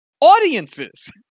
audiences